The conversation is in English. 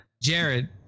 Jared